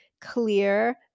clear